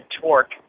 torque